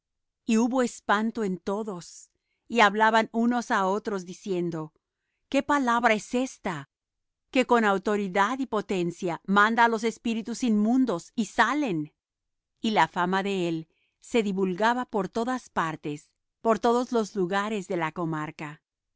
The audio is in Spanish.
y hubo espanto en todos y hablaban unos á otros diciendo qué palabra es ésta que con autoridad y potencia manda á los espíritus inmundos y salen y la fama de él se divulgaba de todas partes por todos los lugares de la comarca